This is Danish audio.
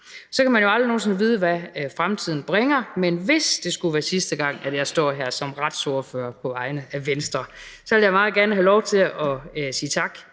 Så kan man jo aldrig nogen sinde vide, hvad fremtiden bringer, men hvis det skulle være sidste gang, jeg står her som retsordfører på vegne af Venstre, vil jeg meget gerne have lov til at sige tak